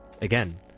again